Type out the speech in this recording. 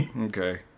Okay